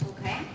okay